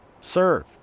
serve